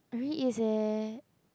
very easy